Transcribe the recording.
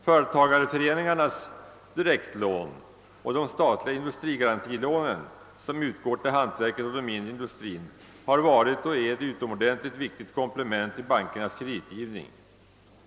Företagareföreningarnas direktlån och de statliga industrigarantilånen, som utgår till hantverket och den mindre industrin, har varit och är ett utomordentligt viktigt komplement till bankernas kreditgivning.